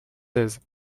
seize